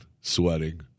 sweating